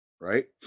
right